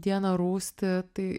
diena rūsti tai